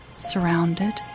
surrounded